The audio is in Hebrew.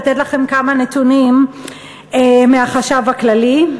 לתת לכם כמה נתונים מהחשב הכללי,